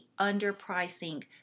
underpricing